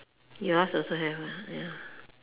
yours also have ah ya